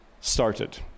started